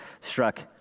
struck